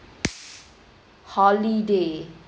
holiday